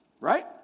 right